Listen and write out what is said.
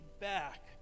back